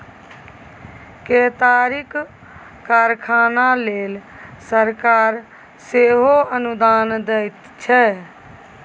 केतारीक कारखाना लेल सरकार सेहो अनुदान दैत छै